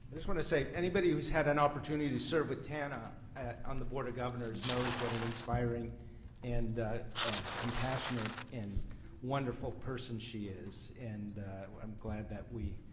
just want to say anybody who has had an opportunity to serve with tana on our board of governors knows what an inspiring and and compassionate and wonderful person she is. and i'm glad that we,